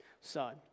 son